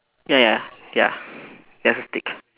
ya ya ya there's a stick